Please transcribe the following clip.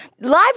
Live